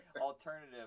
alternative